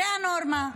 זו הנורמה.